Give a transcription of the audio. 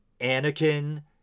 Anakin